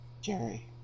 Jerry